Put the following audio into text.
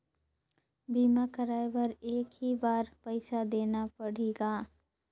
बीमा कराय बर एक ही बार पईसा देना पड़ही का?